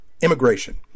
immigration